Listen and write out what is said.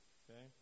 okay